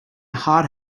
hard